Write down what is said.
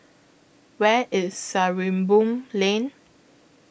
Where IS Sarimbun Lane